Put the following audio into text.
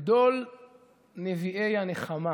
גדול נביאי הנחמה